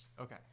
Okay